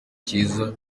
cyiza